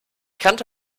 kannte